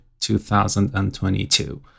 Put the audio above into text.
2022